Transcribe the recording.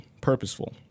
purposeful